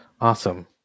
Awesome